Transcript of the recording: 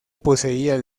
poseían